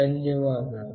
ధన్యవాదాలు